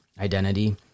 identity